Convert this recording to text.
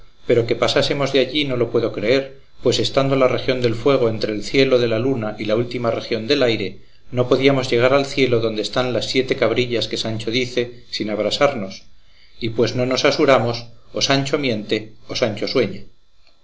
pero que pasásemos de allí no lo puedo creer pues estando la región del fuego entre el cielo de la luna y la última región del aire no podíamos llegar al cielo donde están las siete cabrillas que sancho dice sin abrasarnos y pues no nos asuramos o sancho miente o sancho sueña